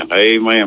Amen